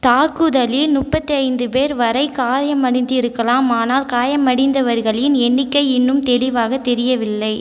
தாக்குதலில் முப்பத்தைந்து பேர் வரை காயமடைந்திருக்கலாம் ஆனால் காயமடைந்தவர்களின் எண்ணிக்கை இன்னும் தெளிவாகத் தெரியவில்லை